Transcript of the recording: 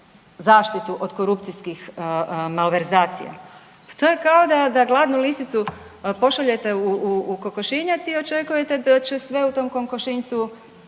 zaštitu od korupcijskim malverzacija. Pa to je kao da gladnu lisicu pošaljete u kokošinjac i očekujete da će sve u tom kokošinjcu